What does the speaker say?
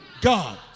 God